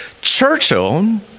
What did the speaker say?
Churchill